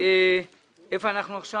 פנייה מס'